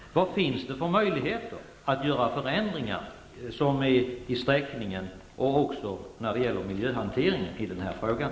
Vad finns det för möjligheter att genomföra förändringar i sträckningen och även när det gäller miljöhanteringen i den här frågan?